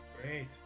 Great